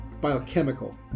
biochemical